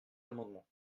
amendements